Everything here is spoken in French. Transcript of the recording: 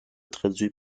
traduit